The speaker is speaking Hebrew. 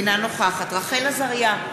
אינה נוכחת רחל עזריה,